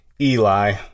Eli